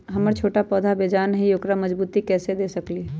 हमर पौधा छोटा बेजान हई उकरा मजबूती कैसे दे सकली ह?